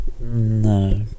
No